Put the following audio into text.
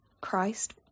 Christ